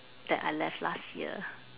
that I left last year